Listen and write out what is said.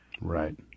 Right